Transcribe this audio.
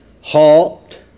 halt